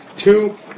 two